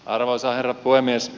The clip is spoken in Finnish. arvoisa herra puhemies